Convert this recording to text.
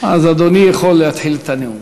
אז אדוני יכול להתחיל את הנאום.